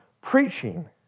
preaching